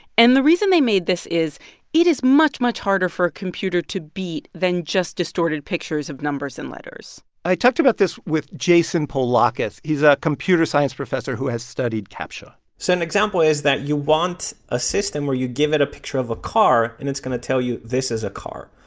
and the reason they made this is it is much, much harder for a computer to beat than just distorted pictures of numbers and letters i talked about this with jason polakis. he's a computer science professor who has studied captcha so an example is that you want a system where you give it a picture of a car and it's going to tell you, this is a car.